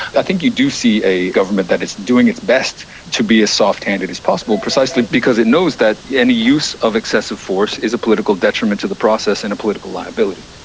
i think you do see a government that is doing its best to be as soft-handed as possible, precisely because it knows that any use of excessive force is a political detriment to the process and a political liability.